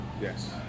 Yes